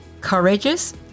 courageous